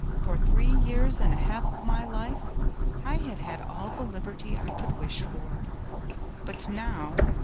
for three years and a half of my life i had had all the liberty i could wish for but now,